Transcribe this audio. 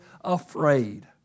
afraid